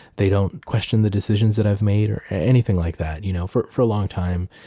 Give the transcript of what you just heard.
they don't question the decisions that i've made or anything like that, you know for for a long time,